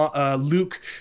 Luke